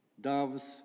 doves